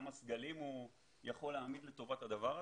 כמה סגלים הוא יכול להעמיד לטובת הדבר הזה.